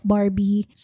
Barbie